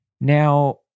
Now